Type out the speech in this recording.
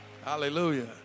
Hallelujah